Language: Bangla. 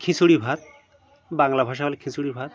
খিচুড়ি ভাত বাংলা ভাষা হলে খিচুড়ি ভাত